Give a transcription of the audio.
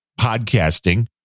podcasting